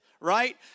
right